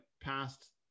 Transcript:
past